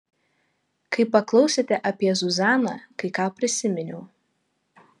kai paklausėte apie zuzaną kai ką prisiminiau